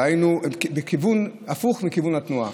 דהיינו בכיוון הפוך לכיוון התנועה.